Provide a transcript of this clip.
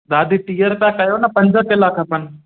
दादी टीह रुपया कयो न पंज किला खपनि